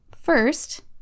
First